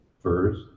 furs